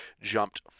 jumped